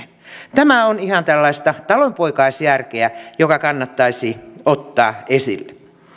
tämä on ihan tällaista talonpoikaisjärkeä joka kannattaisi ottaa esille